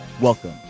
Welcome